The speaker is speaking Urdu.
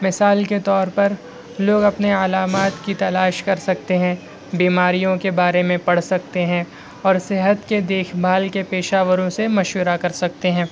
مثال کے طور پر لوگ اپنے علامات کی تلاش کر سکتے ہیں بیماریوں کے بارے میں پڑھ سکتے ہیں اور صحت کے دیکھ بھال کے پیشہ وروں سے مشورہ کرسکتے ہیں